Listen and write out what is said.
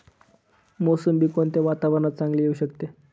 मोसंबी कोणत्या वातावरणात चांगली येऊ शकते?